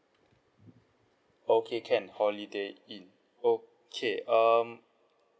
okay can holiday inn okay um